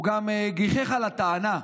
הוא גם גיחך על הטענה,